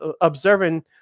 observing